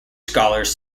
scholars